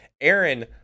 aaron